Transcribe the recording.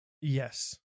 Yes